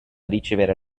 ricevere